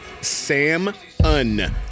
Sam-un